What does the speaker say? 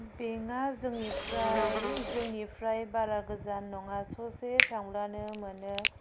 बेंकआ जोंनिफ्राय जोंनिफ्राय बारा गोजान नङा ससे थांब्लानो मोनो